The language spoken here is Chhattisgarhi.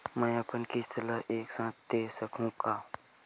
मै अपन किस्त ल एक साथ दे सकत हु का?